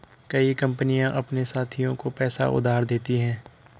कई कंपनियां अपने साथियों को पैसा उधार देती हैं